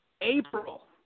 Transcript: April